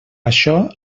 això